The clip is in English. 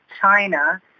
china